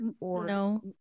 No